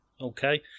okay